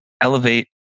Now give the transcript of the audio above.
elevate